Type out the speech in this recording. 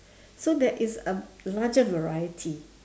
so that it's a larger variety